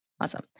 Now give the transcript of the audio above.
Awesome